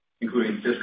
including